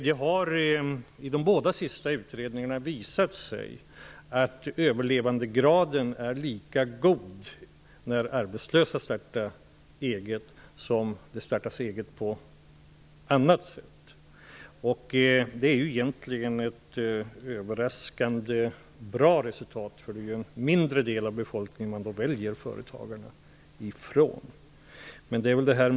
Det har i de båda senaste utredningarna visat sig att överlevandegraden är lika god när arbetslösa startar eget som när det startas eget på annat sätt. Det är egentligen ett överraskande bra resultat, för det är ju en mindre del av befolkningen som företagarna då väljs ifrån.